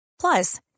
Plus